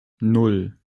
nan